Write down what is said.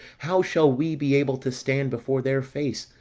how shall we be able to stand before their face,